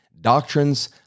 doctrines